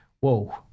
whoa